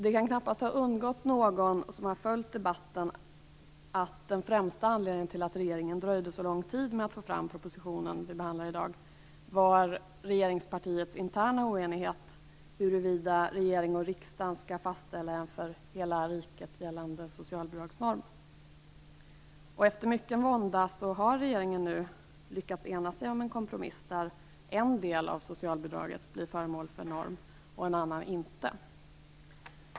Det kan knappast ha undgått någon som har följt debatten att den främsta anledningen till att regeringen dröjde så lång tid med att få fram den proposition som vi behandlar var regeringspartiets interna oenighet huruvida regering och riksdag skall fastställa en för hela riket gällande socialbidragsnorm. Efter mycken vånda har regeringen nu lyckats ena sig om en kompromiss där en del av socialbidraget blir föremål för norm och annan inte.